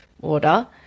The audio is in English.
order